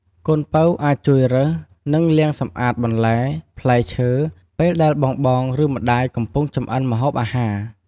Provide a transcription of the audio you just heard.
កូនពៅអាចជួយរើស និងលាងសម្អាតបន្លែ ផ្លែឈើ ពេលដែល បងៗ ឬម្ដាយកំពុងចម្អិនម្ហូបអាហារ។